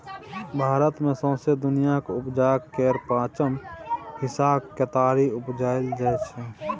भारत मे सौंसे दुनियाँक उपजाक केर पाँचम हिस्साक केतारी उपजाएल जाइ छै